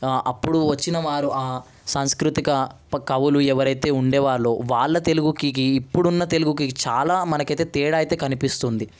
అప్పుడు వచ్చిన వారు సాంస్కృతిక ప కవులు ఎవరయితే ఉండేవాళ్ళో వాళ్ళ తెలుగుకికీ ఇప్పుడున్న తెలుగుకి చాలా మనకయితే తేడా అయితే కనిపిస్తుంది